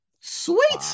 Sweet